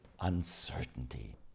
uncertainty